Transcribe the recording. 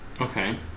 okay